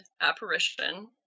apparition